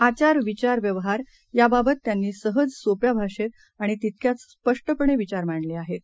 आचार विचार व्यवहारयाबाबतत्यांनीसहजसोप्याभाषेतआणितितक्याचस्पष्टपणेविचारमांडलेआहेत